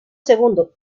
segundo